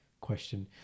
question